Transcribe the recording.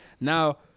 Now